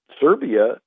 Serbia